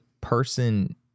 person